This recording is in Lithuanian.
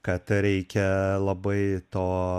kad reikia labai to